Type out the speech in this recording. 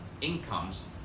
incomes